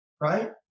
right